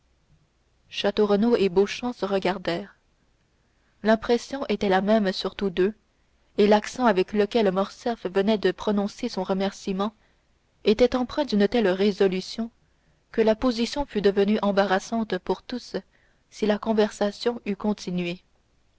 et beauchamp se regardèrent l'impression était la même sur tous deux et l'accent avec lequel morcerf venait de prononcer son remerciement était empreint d'une telle résolution que la position fût devenue embarrassante pour tous si la conversation eût continué